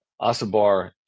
Asabar